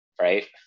Right